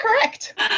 correct